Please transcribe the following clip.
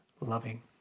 loving